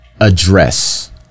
address